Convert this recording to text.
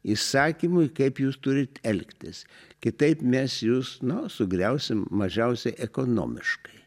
įsakymui kaip jūs turit elgtis kitaip mes jus no sugriausim mažiausiai ekonomiškai